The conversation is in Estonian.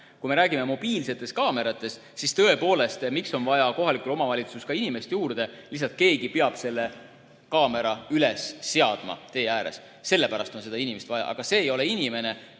Kui me räägime mobiilsetest kaameratest, siis tõepoolest, miks on vaja kohalikule omavalitsusele inimest juurde. Keegi peab lihtsalt selle kaamera üles seadma tee ääres. Sellepärast on seda inimest vaja, aga see ei ole inimene,